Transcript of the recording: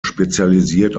spezialisiert